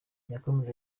yakomeje